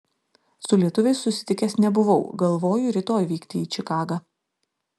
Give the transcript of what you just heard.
su lietuviais susitikęs nebuvau galvoju rytoj vykti į čikagą